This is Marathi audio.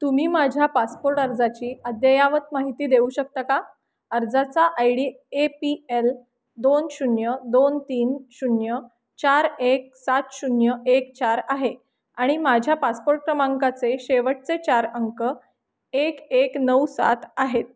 तुम्ही माझ्या पासपोर्ट अर्जाची अद्ययावत माहिती देऊ शकता का अर्जाचा I D A P L दोन शून्य दोन तीन शून्य चार एक सात शून्य एक चार आहे आणि माझ्या पासपोर्ट क्रमांकाचे शेवटचे चार अंक एक एक नऊ सात आहेत